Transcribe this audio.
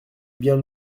bien